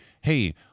Hey